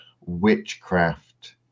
witchcraft